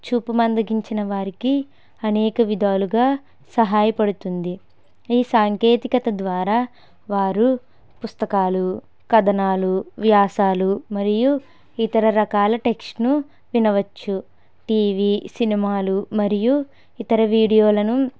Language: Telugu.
చూపు మందగించిన వారికి అనేక విధాలుగా సహాయపడుతుంది ఈ సాంకేతికత ద్వారా వారు పుస్తకాలు కథనాలు వ్యాసాలు మరియు ఇతర రకాల టెక్స్ట్ను వినవచ్చు టీవీ సినిమాలు మరియు ఇతర వీడియోలను